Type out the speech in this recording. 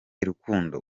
rukundo